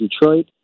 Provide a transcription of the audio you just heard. Detroit